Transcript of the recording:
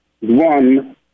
One